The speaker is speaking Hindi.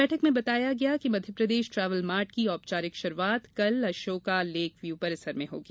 बैठक में बताया गया कि मध्यप्रदेश ट्रेवल मार्ट की औपचारिक शुरूआत कल अशोका लेक व्यू परिसर में होगी